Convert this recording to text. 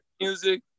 music